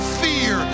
fear